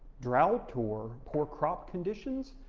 drought or poor crop conditions,